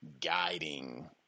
guiding